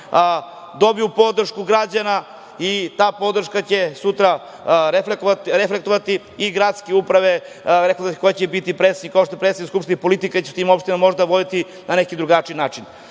dobiju podršku građana i ta podrška će sutra reflektovati i gradske uprave, ko će biti predsednik, kao što je predsednik Skupštine, politika će se u tim opštinama možda voditi na neki drugačiji način. Ja